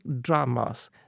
dramas